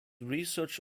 research